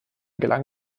gelang